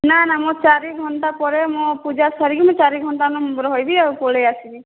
ନା ନା ମୁଁ ଚାରି ଘଣ୍ଟା ପରେ ମୁଁ ପୂଜା ସାରିକି ମୁଇଁ ଚାରି ଘଣ୍ଟା ନ ରହିବି ଆଉ ପଳେଇ ଆସିବି